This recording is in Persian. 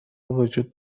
وجود